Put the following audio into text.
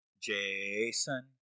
Jason